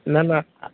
ନାଁ ନାଁ